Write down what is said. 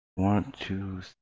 one to